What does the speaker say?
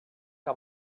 que